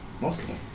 Mostly